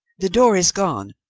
the door is gone,